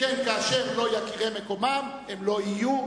שכן כאשר לא יכירם מקומם הם לא יהיו,